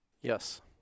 yes